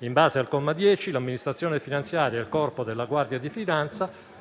In base al comma 10, l'amministrazione finanziaria e il Corpo della guardia di finanza